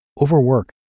Overwork